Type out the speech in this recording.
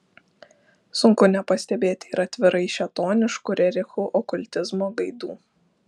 sunku nepastebėti ir atvirai šėtoniškų rerichų okultizmo gaidų